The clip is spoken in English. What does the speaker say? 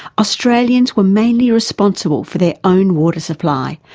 australians were mainly responsible for their own water supply,